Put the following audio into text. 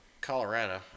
Colorado